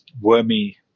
wormy